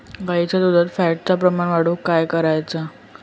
गाईच्या दुधात फॅटचा प्रमाण वाढवुक काय करायचा?